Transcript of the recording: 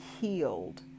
healed